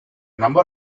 number